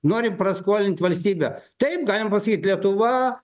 norim praskolint valstybę taip galim pasakyt lietuva